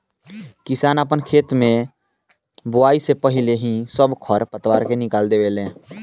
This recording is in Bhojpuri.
किसान आपन खेत के बोआइ से पाहिले ही सब खर पतवार के निकलवा देवे ले